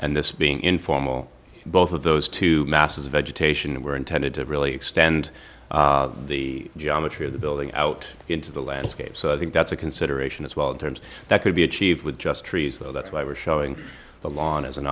and this being informal both of those two masses of vegetation were intended to really extend the geometry of the building out into the landscape so i think that's a consideration as well in terms that could be achieved with just trees that's why we're showing the lawn as an